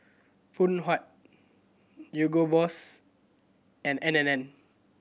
Phoon Huat Hugo Boss and N and N